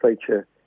feature